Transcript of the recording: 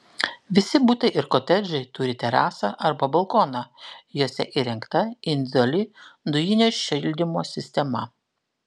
visi butai ir kotedžai turi terasą arba balkoną juose įrengta individuali dujinio šildymo sistema